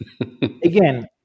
Again